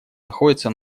находится